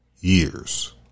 years